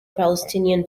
palestinian